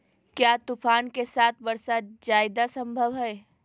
क्या तूफ़ान के साथ वर्षा जायदा संभव है?